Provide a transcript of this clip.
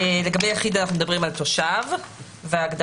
הרעיון הוא שברגע שאתה מטיל חובות וזכויות,